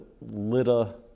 litter